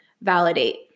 validate